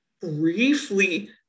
briefly